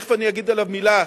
שתיכף אני אגיד עליו מלה,